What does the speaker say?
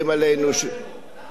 אנחנו אומרים לעצמנו,